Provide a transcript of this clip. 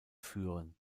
führen